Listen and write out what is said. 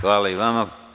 Hvala i vama.